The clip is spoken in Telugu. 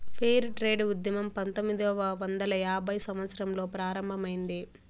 ఫెయిర్ ట్రేడ్ ఉద్యమం పంతొమ్మిదవ వందల యాభైవ సంవత్సరంలో ప్రారంభమైంది